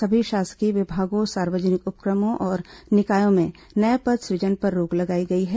सभी शासकीय विभागों सार्वजनिक उपक्रमों और निकायों में नए पद सुजन पर रोक लगाई गई है